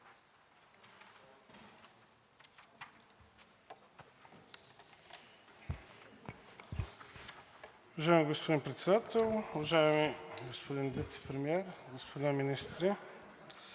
Уважаеми господин Председател, уважаеми господин Вицепремиер, господа министри!